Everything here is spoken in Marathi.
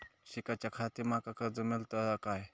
शिकाच्याखाती माका कर्ज मेलतळा काय?